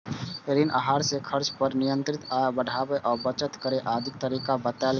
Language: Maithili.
ऋण आहार मे खर्च पर नियंत्रण, आय बढ़ाबै आ बचत करै आदिक तरीका बतायल गेल छै